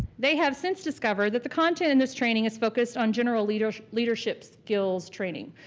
they have since discovered that the content in this training is focused on general leadership leadership skills training,